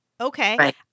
okay